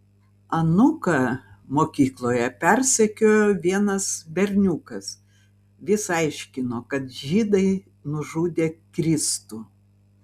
anūką mokykloje persekiojo vienas berniukas vis aiškino kad žydai nužudė kristų